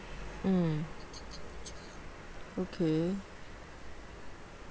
mm okay